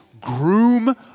Groom